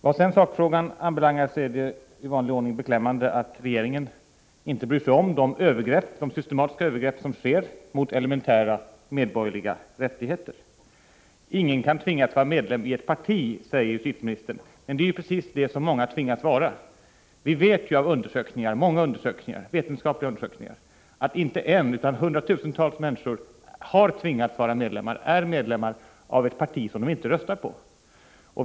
Vad sakfrågan anbelangar är det i vanlig ordning beklämmande att regeringen inte bryr sig om de systematiska övergrepp som sker mot elementära medborgerliga rättigheter. ”Ingen kan tvingas att vara medlem i ett parti”, säger justitieministern. Det är ju precis vad många tvingas vara. Vi vet av många vetenskapliga undersökningar att inte en utan hundratusentals människor har tvingats vara medlemmar och är medlemmar av ett parti som de inte röstar på.